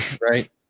right